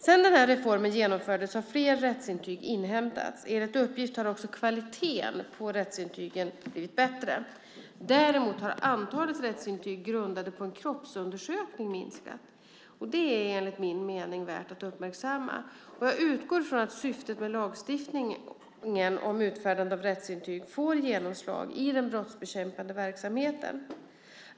Sedan reformen genomfördes har fler rättsintyg inhämtats. Enligt uppgift har också kvaliteten på rättsintygen förbättrats. Däremot har antalet rättsintyg grundade på en kroppsundersökning minskat. Detta är enligt min mening värt att uppmärksamma. Jag utgår från att syftet med lagstiftningen om utfärdande av rättsintyg får genomslag i den brottsbekämpande verksamheten.